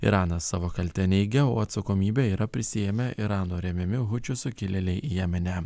iranas savo kaltę neigia o atsakomybė yra prisiėmė irano remiami hučių sukilėliai jemene